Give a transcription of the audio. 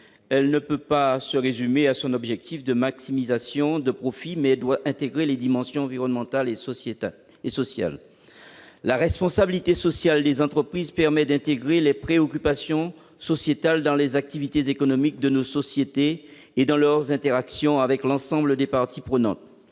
Elle ne peut se résumer à son objectif de maximisation de profits, mais doit intégrer les dimensions environnementales, sociétales et sociales. La responsabilité sociale des entreprises permet d'intégrer les préoccupations sociétales dans les activités économiques de nos sociétés et dans leurs interactions avec l'ensemble des parties prenantes.